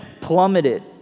plummeted